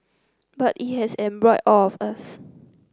but it has embroiled all of us